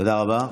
תודה רבה.